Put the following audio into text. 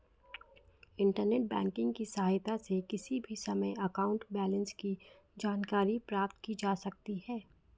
internet banking की सहायता से किसी भी समय अकाउंट बैलेंस की जानकारी प्राप्त की जा सकती है